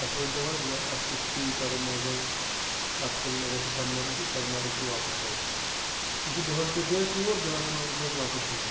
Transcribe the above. اَسہِ ؤنۍ تَو حظ اَسہِ کیٛاہ چھُ پے کَرُن حظ حظ اَتھ سرینگر ٹو سۄنہٕ مَرگ تہ سۄنہٕ مَرگ ٹُو واپَس حظ یہِ چھُ دۄہَس پٮ۪ٹھٕے حظ ٹیوٗر دۄہَس منٛزے حظ چھُ اَسہِ واپَس یُن حظ تہ